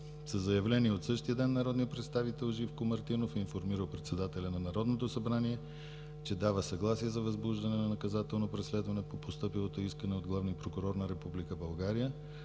Със заявление от същия ден, народният представител Живко Мартинов е информирал председателя на Народното събрание, че дава съгласие за възбуждане на наказателно преследване по постъпилото искане от главния прокурор на Република България.